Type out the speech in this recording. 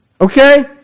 Okay